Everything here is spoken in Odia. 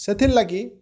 ସେଥିର୍ ଲାଗି